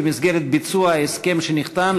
במסגרת ביצוע ההסכם שנחתם,